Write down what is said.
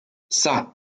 ça